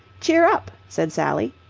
cheer up! said sally.